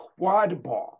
Quadball